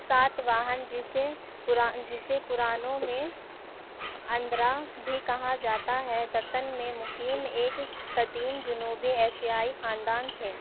ساتواہن جسے پرا جسے پرانوں میں آندھرا بھی کہا جاتا ہے دکن میں مقیم ایک قدیم جنوبی ایشیائی خاندان تھے